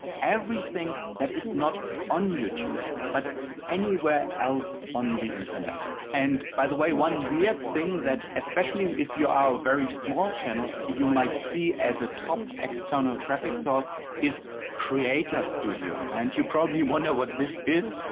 everything that is not on youtube but anywhere else on the internet. and by the way one weird thing, especially if you are a very small channel, you might see as a top external traffic source is creator studio. and you probably um wonder what this is.